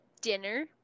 dinner